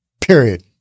period